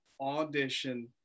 audition